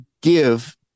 give